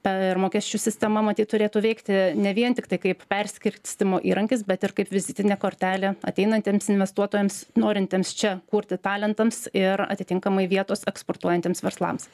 per mokesčių sistemą matyt turėtų veikti ne vien tiktai kaip perskirstymo įrankis bet ir kaip vizitinė kortelė ateinantiems investuotojams norintiems čia kurti talentams ir atitinkamai vietos eksportuojantiems verslams